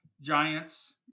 giants